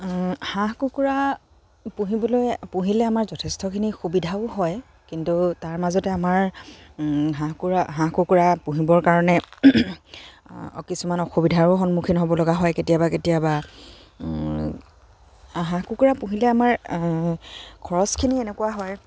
হাঁহ কুকুৰা পুহিবলৈ পুহিলে আমাৰ যথেষ্টখিনি সুবিধাও হয় কিন্তু তাৰ মাজতে আমাৰ হাঁহ কুকুৰা হাঁহ কুকুৰা পুহিবৰ কাৰণে কিছুমান অসুবিধাৰো সন্মুখীন হ'ব লগা হয় কেতিয়াবা কেতিয়াবা হাঁহ কুকুৰা পুহিলে আমাৰ খৰচখিনি এনেকুৱা হয়